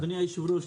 אדוני היושב ראש,